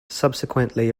subsequently